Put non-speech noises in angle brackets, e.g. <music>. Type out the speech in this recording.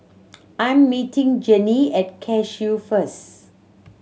<noise> I'm meeting Jennie at Cashew first